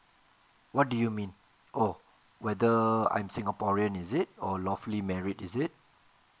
what do you mean oh whether I'm singaporean is it or lawfully married is it